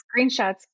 screenshots